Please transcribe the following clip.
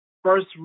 first